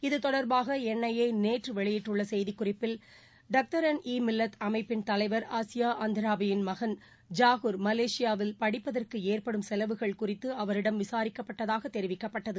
இது தொடர்பாக N I A நேற்று வெளியிட்டுள்ள செய்தி குறிப்பில் டக்தரன் ஈ மில்லத் அமைப்பிள் தலைவர் அசியா அந்தராபியின் மகன் ஜாகூர் மலேசியாவில் படிப்பதற்கு ஏற்படும் செலவுகள் குறித்து அவரிடம் விசாரிக்கப்பட்டதாக தெரிவிக்கப்பட்டது